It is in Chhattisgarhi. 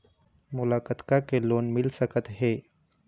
मोला कतका के लोन मिल सकत हे?